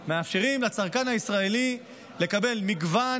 מאפשרים לצרכן הישראלי לקבל מגוון,